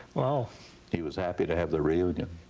ah he was happy to have the reunion.